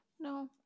No